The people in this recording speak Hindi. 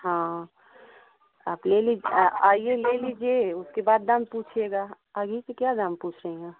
हाँ आप ले लीजिए आइए ले लीजिए उसके बाद दाम पूछियेगा अभी से क्या दाम पूछ रही हैं